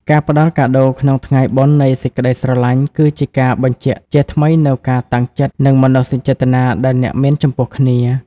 ការផ្ដល់កាដូក្នុងថ្ងៃបុណ្យនៃសេចក្ដីស្រឡាញ់ គឺជាការបញ្ជាក់ជាថ្មីនូវការតាំងចិត្ត និងមនោសញ្ចេតនាដែលអ្នកមានចំពោះគ្នា។